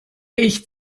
ich